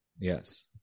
Yes